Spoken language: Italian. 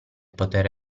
poter